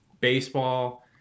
baseball